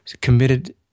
committed